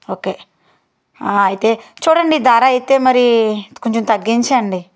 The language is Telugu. ఓకే అయితే చూడండి ధర అయితే మరి కొంచెం తగ్గించండి